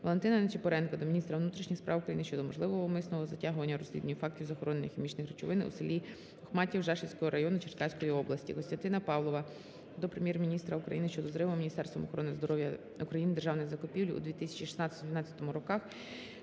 Валентина Ничипоренка до Міністра внутрішніх справ України щодо можливого умисного затягування розслідування фактів захоронення хімічних речовин у селі Охматів Жашківського району Черкаської області. Костянтина Павлова до Прем'єр-міністра України щодо зриву Міністерством охорони здоров'я України державних закупівель за 2016-2017 років,